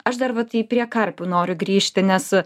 aš dar vat taip prie karpių noriu grįžti nes